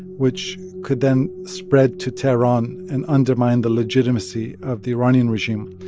which could then spread to tehran and undermine the legitimacy of the iranian regime.